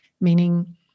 meaning